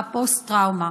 הפוסט-טראומה.